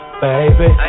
baby